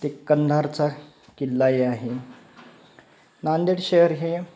ते कंधारचा किल्लाही आहे नांदेड शहर हे